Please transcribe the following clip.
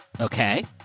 Okay